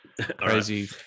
crazy